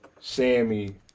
Sammy